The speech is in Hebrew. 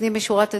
לפנים משורת הדין,